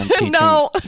no